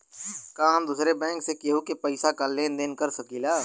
का हम दूसरे बैंक से केहू के पैसा क लेन देन कर सकिला?